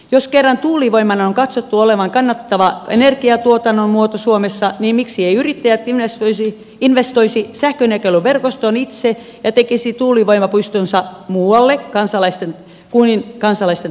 jos kerran tuulivoiman on katsottu olevan kannattava energiantuotannon muoto suomessa niin miksi eivät yrittäjät investoisi sähkönjakeluverkostoon itse ja tekisi tuulivoimapuistonsa muualle kuin kansalaisten takapihoille